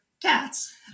cats